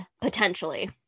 potentially